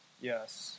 Yes